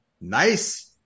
nice